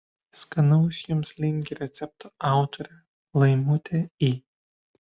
skanaus jums linki recepto autorė laimutė i